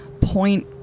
point